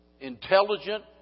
Intelligent